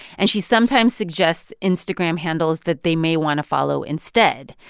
and she sometimes suggests instagram handles that they may want to follow instead,